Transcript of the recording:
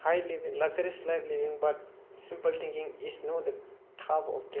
high living luxurious life living but simple thinking is not